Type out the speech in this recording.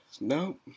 nope